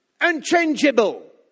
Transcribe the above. Unchangeable